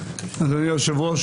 אדוני היושב-ראש,